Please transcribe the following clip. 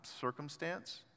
circumstance